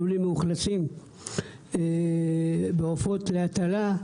לולים מאוכלסים בעופות להטלה,